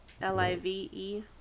L-I-V-E